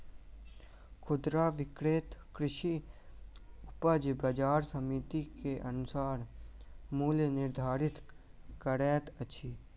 खुदरा विक्रेता कृषि उपज बजार समिति के अनुसार मूल्य निर्धारित करैत अछि